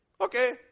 Okay